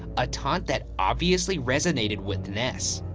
a taunt that obviously resonated with ness.